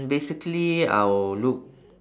basically I will look